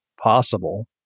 possible